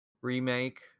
Remake